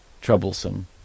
troublesome